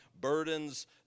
burdens